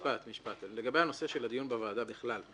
לגבי הנושא של הדיון בוועדה בכלל.